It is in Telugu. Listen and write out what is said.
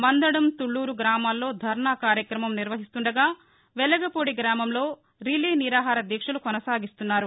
మందడం తుళ్ళూరు గ్రామాల్లో ధర్నా కార్యక్రమం నిర్వహిస్తుండగా వెలగపూడి గ్రామంలో రిలే నిరాహార దీక్షలు కొనసాగిస్తున్నారు